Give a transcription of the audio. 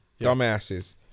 dumbasses